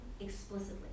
explicitly